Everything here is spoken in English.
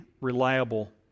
reliable